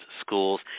schools